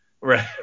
right